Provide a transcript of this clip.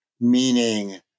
meaning